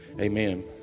amen